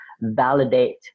validate